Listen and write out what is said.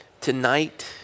tonight